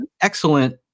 excellent